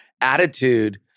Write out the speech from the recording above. attitude